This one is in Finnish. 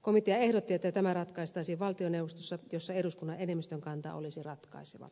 komitea ehdotti että tämä ratkaistaisiin valtioneuvostossa jossa eduskunnan enemmistön kanta olisi ratkaiseva